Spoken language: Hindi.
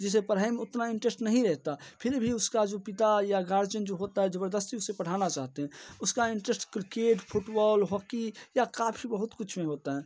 जिसे पढ़ाई में उतना इंटरेस्ट नहीं रहता फिर भी उसका जो पिता या गार्जियन जो होता है जबरदस्ती उसे पढ़ाना चाहते हैं उसका इंटरेस्ट क्रिकेट फुटबॉल हॉक्की या काफ़ी बहुत कुछ में होता है